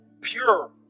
pure